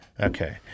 Okay